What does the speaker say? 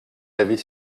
avez